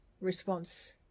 response